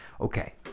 okay